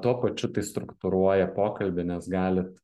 tuo pačiu tai struktūruoja pokalbį nes galit